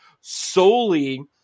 solely